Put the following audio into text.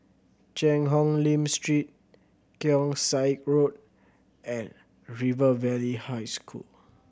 Cheang Hong Lim Street Keong Saik Road and River Valley High School